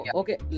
okay